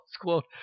quote